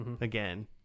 again